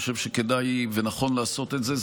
כדאי ונכון לעשות את זה.